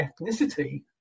ethnicity